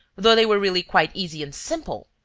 though they were really quite easy and simple.